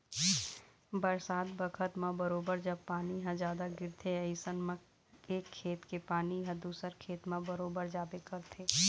बरसात बखत म बरोबर जब पानी ह जादा गिरथे अइसन म एक खेत के पानी ह दूसर खेत म बरोबर जाबे करथे